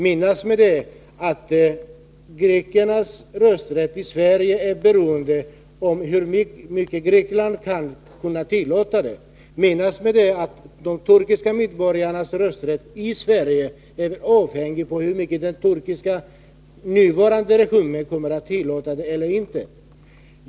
Menas med detta att grekernas rösträtt i Sverige är beroende av i vilken utsträckning Grekland lämnar sin tillåtelse? Menas med detta att de turkiska medborgarnas rösträtt i Sverige är avhängig avi vilken utsträckning den nuvarande turkiska regimen ger sin tillåtelse?